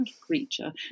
creature